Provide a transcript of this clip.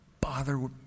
bother